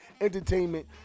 entertainment